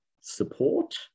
support